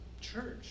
Church